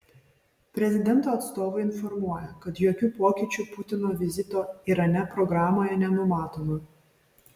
prezidento atstovai informuoja kad jokių pokyčių putino vizito irane programoje nenumatoma